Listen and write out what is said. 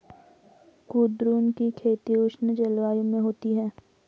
कुद्रुन की खेती उष्ण जलवायु में होती है